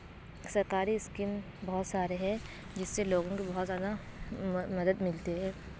سرکاری اسکیم بہت سارے ہیں جس سے لوگوں کو بہت زیادہ مدد ملتی ہے